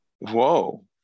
Whoa